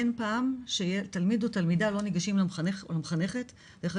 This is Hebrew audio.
אין פעם שתלמיד או תלמידה לא ניגשים למחנכת עם סיפורים.